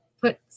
put